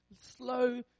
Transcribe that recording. slow